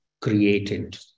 created